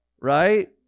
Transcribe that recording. Right